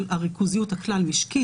הריכוזיות הכלל-משקית.